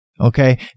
okay